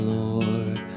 Lord